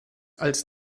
als